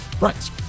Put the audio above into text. right